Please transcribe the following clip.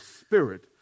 spirit